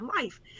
life